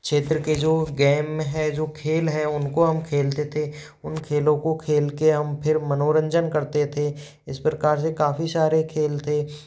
क्षेत्र के जो गेम है जो खेल है उनको हम खेलते थे उन खेलों को खेल कर हम फिर मनोरंजन करते थे इस प्रकार से काफ़ी सारे खेल थे